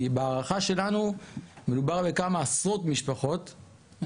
כי בהערכה שלנו מדובר בעשרות משפחות,